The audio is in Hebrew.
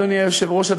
אדוני היושב-ראש,